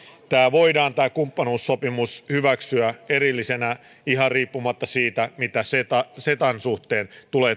tämä kumppanuussopimus voidaan hyväksyä erillisenä ihan riippumatta siitä mitä cetan suhteen tulee